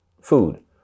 food